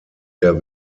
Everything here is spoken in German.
der